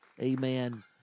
Amen